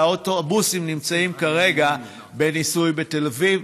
והאוטובוסים נמצאים כרגע בניסוי בתל אביב.